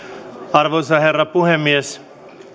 arvoisa herra puhemies